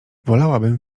wolałabym